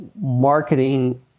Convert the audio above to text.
marketing